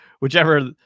whichever